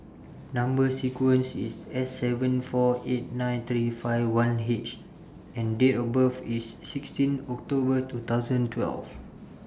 Number sequence IS S seven four eight nine three five one H and Date of birth IS sixteen October two thousand twelve